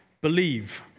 Believe